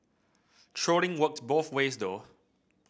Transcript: trolling works both ways though